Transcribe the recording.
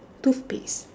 toothpaste